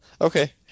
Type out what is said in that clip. Okay